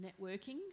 networking